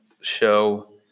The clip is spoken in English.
show